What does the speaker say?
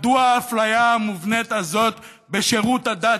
מדוע האפליה המובנית הזאת בשירות הדת?